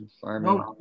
farming